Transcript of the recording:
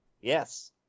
Yes